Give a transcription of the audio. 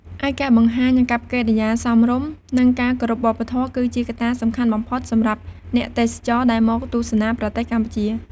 ឯការបង្ហាញ អាកប្បកិរិយាសមរម្យ និងការគោរពវប្បធម៌ គឺជាកត្តាសំខាន់បំផុតសម្រាប់អ្នកទេសចរដែលមកទស្សនាប្រទេសកម្ពុជា។